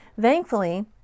Thankfully